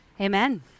Amen